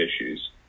issues